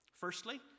Firstly